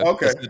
Okay